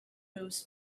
moves